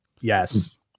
Yes